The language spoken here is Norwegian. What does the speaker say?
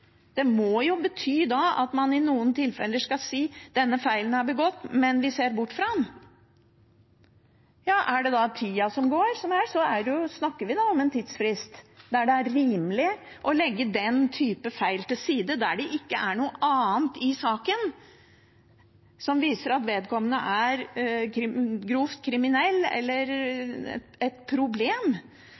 Det må jo bety at man i noen tilfeller skal si: Denne feilen er begått, men vi ser bort fra den. Er det da tida som går – snakker vi om en tidsfrist der det er rimelig å legge den typen feil til side når det ikke er noe i saken som viser at vedkommende er grovt kriminell, eller at det har oppstått et problem